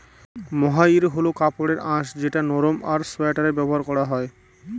মহাইর হল কাপড়ের আঁশ যেটা নরম আর সোয়াটারে ব্যবহার করা হয়